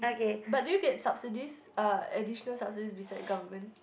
but did you get subsidies uh additional subsidies beside government